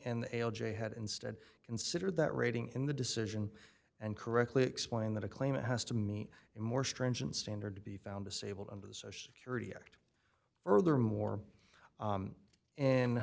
and l j had instead considered that rating in the decision and correctly explained that a claimant has to meet a more stringent standard to be found disabled under the social security act furthermore